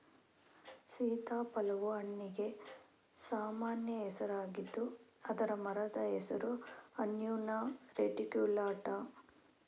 ಸೀತಾಫಲವು ಹಣ್ಣಿಗೆ ಸಾಮಾನ್ಯ ಹೆಸರಾಗಿದ್ದು ಅದರ ಮರದ ಹೆಸರು ಅನ್ನೊನಾ ರೆಟಿಕ್ಯುಲಾಟಾ